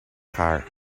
car